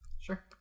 Sure